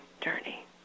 journey